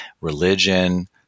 religion